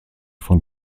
von